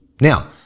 Now